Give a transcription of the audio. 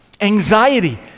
anxiety